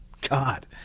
God